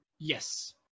yes